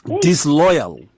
disloyal